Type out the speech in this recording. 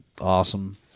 awesome